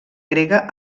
grega